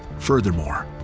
furthermore,